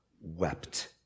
wept